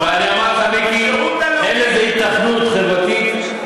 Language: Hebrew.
אני אמרתי לך, מיקי, אין לזה היתכנות חברתית,